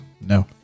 no